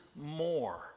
more